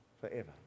Forever